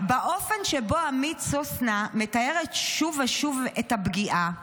"באופן שבו עמית סוסנה מתארת שוב ושוב את הפגיעה בה,